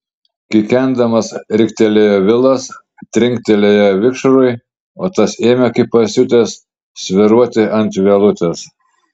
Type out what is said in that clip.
kikendamas riktelėjo vilas trinktelėjo vikšrui o tas ėmė kaip pasiutęs svyruoti ant vielutės